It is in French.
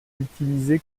utilisé